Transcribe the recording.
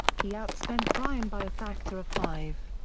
he outspent bryan by a factor of five.